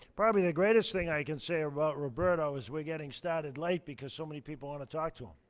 probably the greatest thing i can say about roberto is we're getting started late because so many people want to talk to him.